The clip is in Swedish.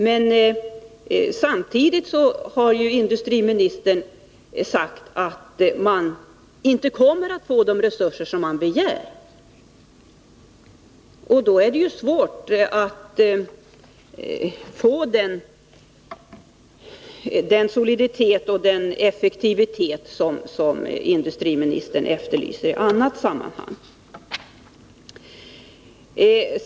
Men samtidigt har ju industriministern sagt att Statsföretag inte kommer att få de resurser som man begär. Då är det naturligtvis svårt att få den soliditet och effektivitet som industriministern efterlyser i annat sammanhang.